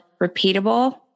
repeatable